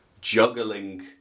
juggling